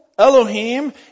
Elohim